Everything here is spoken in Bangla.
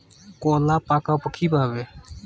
কলা পাকাবো কিভাবে?